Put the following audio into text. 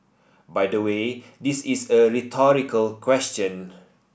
by the way this is a rhetorical question